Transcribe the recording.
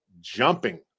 jumping